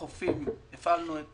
לחופים הפעלנו את